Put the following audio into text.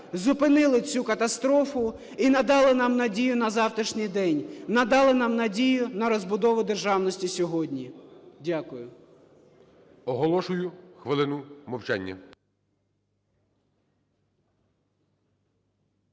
зупинили цю катастрофу і надали нам надію на завтрашній день, надали нам надію на розбудову державності сьогодні. Дякую. ГОЛОВУЮЧИЙ. Оголошую хвилину мовчання.